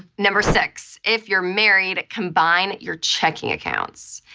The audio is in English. number six, if you're married, combine your checking accounts.